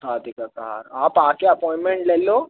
राधिका कहार आप आके अपॉइमेन्ट ले लो